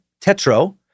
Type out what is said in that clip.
Tetro